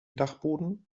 dachboden